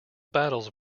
battles